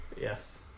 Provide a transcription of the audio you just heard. yes